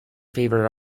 favorite